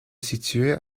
situait